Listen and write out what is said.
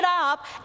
up